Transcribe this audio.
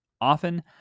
Often